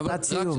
משפט סיום.